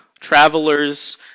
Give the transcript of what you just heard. travelers